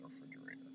refrigerator